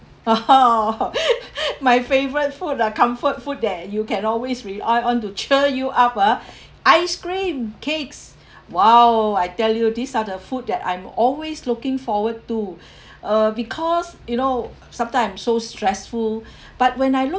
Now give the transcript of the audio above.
my favorite food ah comfort food that you can always rely on to cheer you up ah ice cream cakes !wow! I tell you these are the food that I'm always looking forward to uh because you know sometime I'm so stressful but when I look